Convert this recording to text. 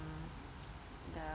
uh the